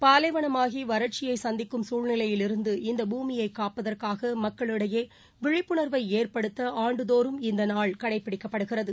பாலைவனமாகி வறட்சியை சந்திக்கும் சூழ்நிலையில் இருந்து இந்த பூமியை காப்பதற்காக் மக்களிடையே விழிப்புணர்வை ஏற்படுத்த ஆண்டுதோறும் இந்தநாள் கடைபிடிக்கப்படுகிறது